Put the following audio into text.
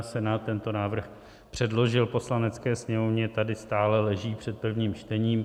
Senát tento návrh předložil Poslanecké sněmovně, tady stále leží před prvním čtením.